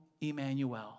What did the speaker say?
Emmanuel